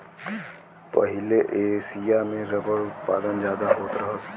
पहिले एसिया में रबर क उत्पादन जादा होत रहल